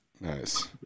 Nice